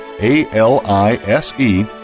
A-L-I-S-E